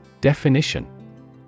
Definition